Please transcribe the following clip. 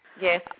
Yes